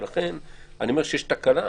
לכן אני אומר שיש תקלה,